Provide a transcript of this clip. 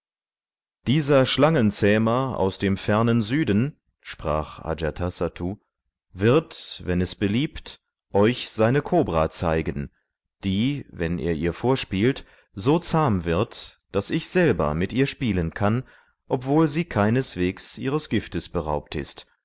dieser schlangenzähmer aus dem fernen süden sprach ajatasattu wird wenn es beliebt euch seine kobra zeigen die wenn er ihr vorspielt so zahm wird daß ich selber mit ihr spielen kann obwohl sie keineswegs ihres giftes beraubt ist